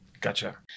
Gotcha